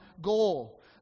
goal